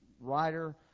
writer